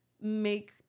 make